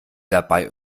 dabei